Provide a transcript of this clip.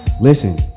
Listen